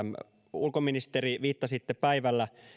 ulkoministeri viittasitte päivällä